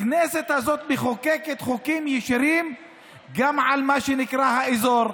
הכנסת הזאת מחוקקת חוקים ישירים גם על מה שנקרא "האזור",